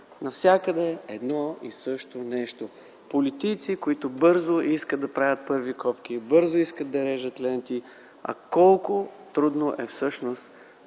навсякъде е едно и също нещо: политици, които бързо искат да правят първи копки, бързо искат да режат ленти, а колко трудно е всъщност да